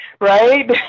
right